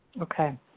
Okay